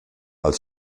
als